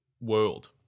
world